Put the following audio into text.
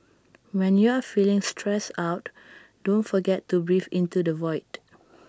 when you are feeling stressed out don't forget to breathe into the void